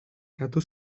katu